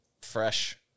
fresh